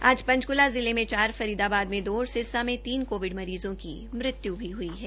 आज पंचकूला जिले मे चार फरीदाबाद में दो और सिरसा में तीन कोविड मरीज़ों की मृत्यु भी ह्ई है